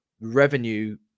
revenue